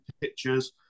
pictures